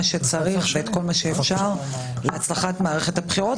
שצריך ואת כל מה שאפשר להצלחת מערכת הבחירות.